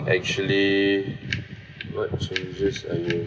actually what changes !aiyo!